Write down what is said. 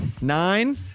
Nine